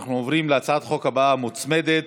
אנחנו עוברים להצעת החוק הבאה המוצמדת,